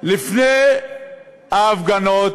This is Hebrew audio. לפני ההפגנות